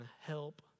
help